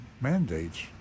mandates